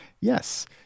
Yes